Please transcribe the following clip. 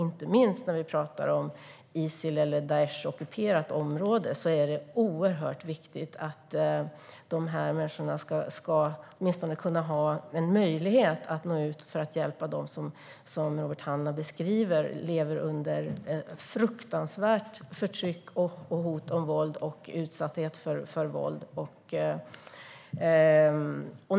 Inte minst när det gäller Isil eller Daishockuperat område är det oerhört viktigt att dessa människor åtminstone ska ha en möjlighet att nå ut för att hjälpa dem som, så som Robert Hannah beskriver, lever under ett fruktansvärt förtryck, hot om våld och utsatthet.